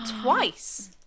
Twice